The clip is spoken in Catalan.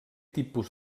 tipus